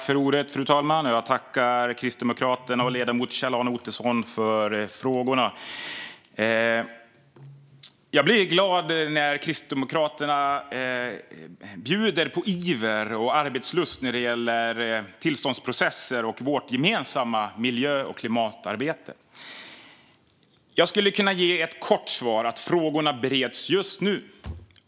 Fru talman! Jag tackar Kristdemokraterna och ledamoten Kjell-Arne Ottosson för frågorna. Jag blir glad när Kristdemokraterna bjuder på iver och arbetslust när det gäller tillståndsprocesser och vårt gemensamma miljö och klimatarbete. Jag skulle kunna ge ett kort svar: Frågorna bereds just nu.